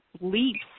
leaps